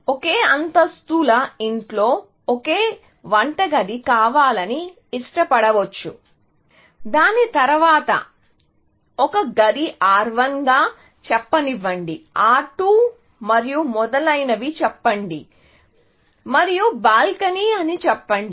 ఒకే అంతస్తుల ఇంట్లో ఒక వంటగది కావాలని ఇష్టపడవచ్చు దాని తరువాత ఒక గది R1 గా చెప్పనివ్వండి R2 మరియు మొదలైనవి చెప్పండి మరియు బాల్కనీ అని చెప్పండి